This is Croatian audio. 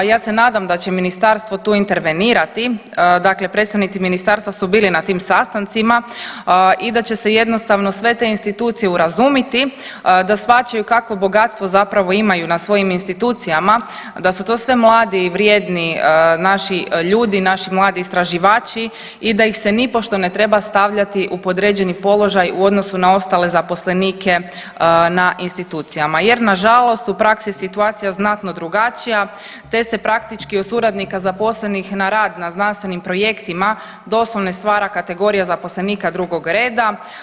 Ja se nadam da će Ministarstvo tu intervenirati, dakle predstavnici Ministarstva su bili na tim sastancima i da će se jednostavno sve te institucije urazumiti, da shvaćaju kakvo bogatstvo zapravo imaju na svojim institucijama, da su to sve mladi i vrijedni naši ljudi, naši mladi istraživači i da ih se nipošto ne treba stavljati u podređeni položaj u odnosu na ostale zaposlenike na institucijama jer nažalost u praksi situacija je znatno drugačija te se praktički od suradnika zaposlenih na rad na znanstvenim projektima doslovno stvara kategorija zaposlenika drugog reda.